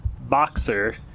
boxer